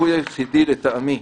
הסיכוי היחידי, לטעמי,